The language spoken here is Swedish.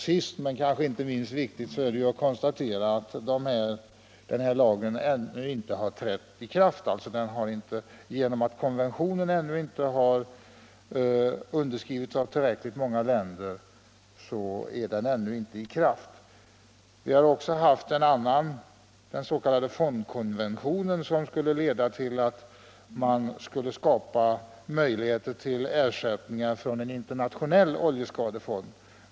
Sist, men inte minst viktigt är att konstatera att denna lag ännu inte trätt i kraft på grund av att konventionen inte har undertecknats av tillräckligt många länder. Det internationella samarbetet på oljeskyddsområdet har vidare lett till den s.k. fondkonventionen som skall ge möjligheter till ersättningar för skada orsakad av oljeförorening.